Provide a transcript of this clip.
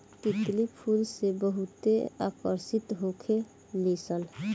तितली फूल से बहुते आकर्षित होखे लिसन